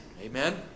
Amen